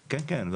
כן, כן.